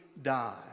Die